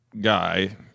Guy